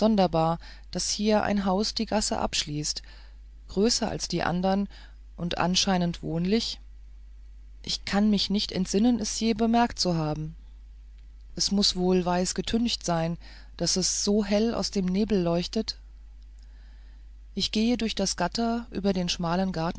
daß hier ein haus die gasse abschließt größer als die andern und anscheinend wohnlich ich kann mich nicht entsinnen es je bemerkt zu haben es muß wohl weiß getüncht sein daß es so hell aus dem nebel leuchtet ich gehe durch das gatter über den schmalen gartenstreif